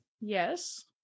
Yes